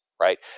right